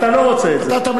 אני רוצה שהיא תוארך,